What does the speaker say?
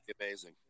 amazing